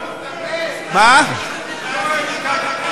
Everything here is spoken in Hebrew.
תסתכל.